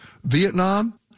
Vietnam